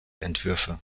entwürfe